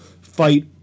fight